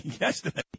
yesterday